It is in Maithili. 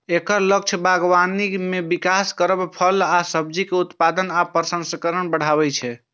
एकर लक्ष्य बागबानी के विकास करब, फल आ सब्जीक उत्पादन आ प्रसंस्करण बढ़ायब छै